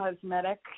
cosmetic